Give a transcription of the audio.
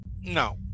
No